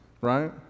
right